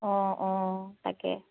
অঁ অঁ তাকে